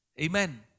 Amen